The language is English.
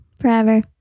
Forever